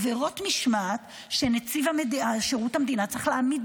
עבירות משמעת שנציב שירות המדינה צריך להעמיד